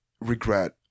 regret